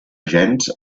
gens